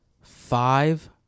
five